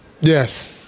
Yes